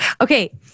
Okay